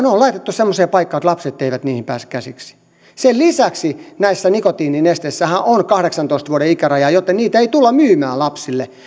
on laitettu semmoiseen paikkaan että lapset eivät niihin pääse käsiksi sen lisäksi näissä nikotiininesteissähän on kahdeksantoista vuoden ikäraja joten niitä ei tulla myymään lapsille